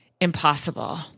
impossible